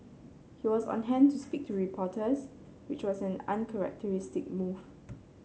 he was on hand to speak to reporters which was an uncharacteristic move